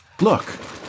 Look